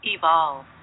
Evolve